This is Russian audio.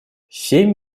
семь